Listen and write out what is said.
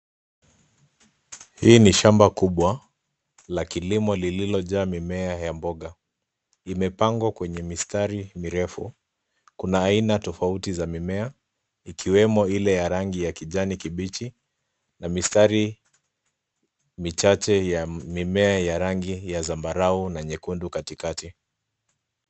Hii ni shamba kubwa la kilimo lililojaa mimea ya mboga, imepangwa kwenye mistari mirefu kuna aina tofauti za mimea ikiwemo ile ya rangi ya kijani kibichi na mistari michache ya mimea ya rangi ya zambarau na nyekundu katikati.